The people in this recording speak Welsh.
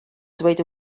dweud